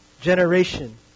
generation